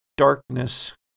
darkness